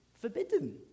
Forbidden